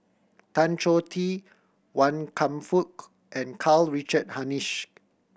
Tan Choh Tee Wan Kam Fook and Karl Richard Hanitsch